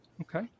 Okay